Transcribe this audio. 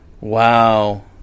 Wow